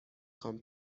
خوام